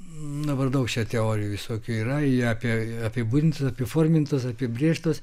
nu va daug čia teorijų visokių yra jie apie apibūdintos apiformintos apibrėžtos